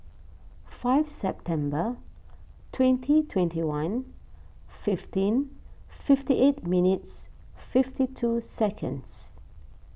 five September twenty twenty one fifteen fifty eight minutes fifty two seconds